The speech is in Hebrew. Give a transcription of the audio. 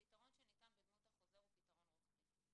הפתרון שניתן בדמות החוזר הוא פתרון רוחבי.